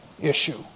issue